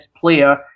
player